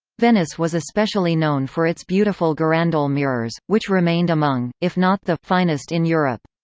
venice was especially known for its beautiful girandole mirrors, which remained among, if not the, finest in europe.